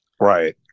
right